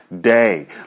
day